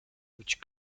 which